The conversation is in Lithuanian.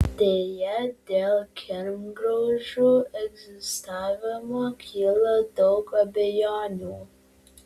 deja dėl kirmgraužų egzistavimo kyla daug abejonių